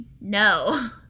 No